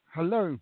Hello